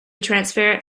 transparent